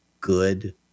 good